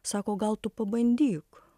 sako gal tu pabandyk